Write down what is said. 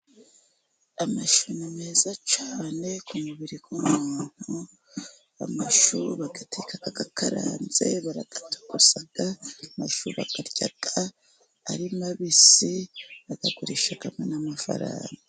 Amashu ni meza cyane ku mubiri w'umuntu, amashu bayateka akaranze, barayatogosa, amashu bayarya ari mabisi, barayagurisha bakabonamo n'amafaranga.